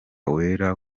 wera